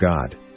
God